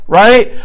right